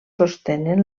sostenen